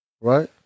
Right